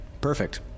Perfect